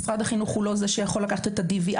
משרד החינוך הוא לא זה שיכול לקחת את ה-DVR.